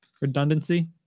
Redundancy